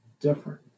different